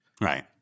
right